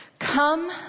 Come